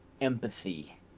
empathy